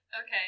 Okay